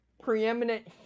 preeminent